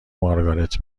مارگارت